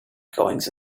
goings